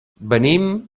venim